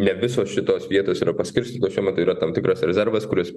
ne visos šitos vietos yra paskirstytos šiuo metu yra tam tikras rezervas kuris